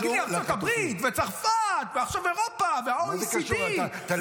הינה, אתה רואה, אתה משחק.